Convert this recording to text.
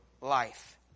life